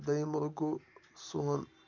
دٔیِم مُلُک گوٚو سون